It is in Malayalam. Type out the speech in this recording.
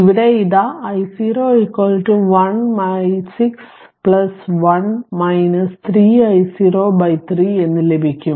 ഇവിടെ ഇതാ i0 1 6 1 3 i0 3 എന്ന് ലഭിക്കും